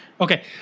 Okay